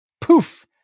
Poof